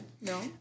No